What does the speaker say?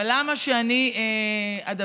אבל למה שאני אדבר?